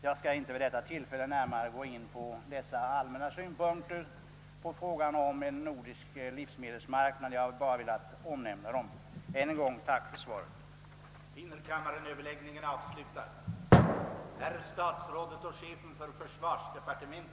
Jag skall inte nu gå närmare in på dessa allmänna synpunkter på spörs målet om en nordisk livsmedelsmarknad utan har bara velat omnämna dem. Jag ber än en gång att få tacka för svaret.